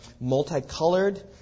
multicolored